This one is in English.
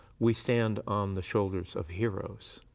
we stand on the shoulders of heroes,